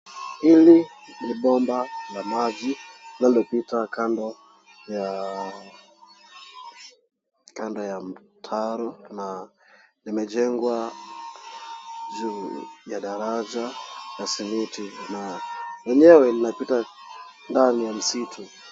Hili ni bomba la maji linalopita kando ya mtaro na limejengwa juu ya daraja ya simiti na lenyewe linapita ndani ya msitu.